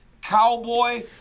Cowboy